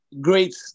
great